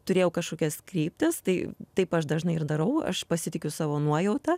turėjau kažkokias kryptis tai taip aš dažnai ir darau aš pasitikiu savo nuojauta